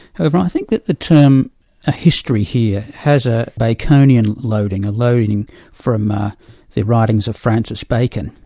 however i think that the term a history here has a baconian loading, a loading from ah the writings of francis bacon.